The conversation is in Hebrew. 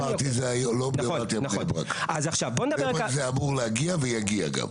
לא בני ברק, לבני ברק זה אמור להגיע ויגיע גם.